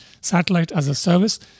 satellite-as-a-service